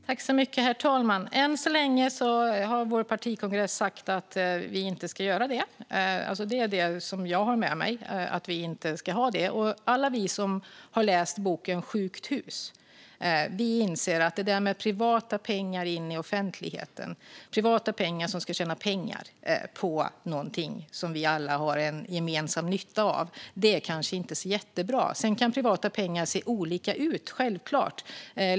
Herr talman! Än så länge har vår partikongress sagt att vi inte ska ha det. Det är vad jag har med mig. Alla vi som har läst boken Sjukt hus inser att det där med privata pengar in i offentligheten och privata pengar som ska tjäna pengar på något som vi alla har gemensam nytta av kanske inte är jättebra. Sedan kan privata pengar självfallet se olika ut.